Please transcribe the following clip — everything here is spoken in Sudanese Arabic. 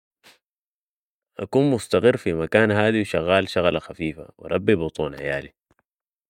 اكون مستقر في مكان هادي و شغال شغلة خفيفة و اربي بطون عيالي.